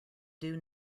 due